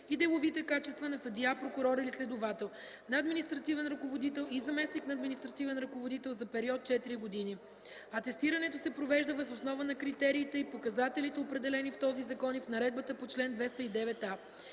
и деловите качества на съдия, прокурор или следовател, на административен ръководител и заместник на административен ръководител за период от четири години. Атестирането се провежда въз основа на критериите и показателите, определени в този закон и в наредбата по чл. 209а.